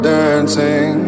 dancing